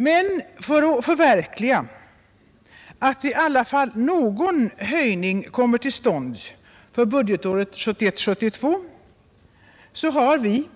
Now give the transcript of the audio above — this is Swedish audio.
Men för att någon höjning i alla fall skall komma till stånd för budgetåret 1971/72 har vi,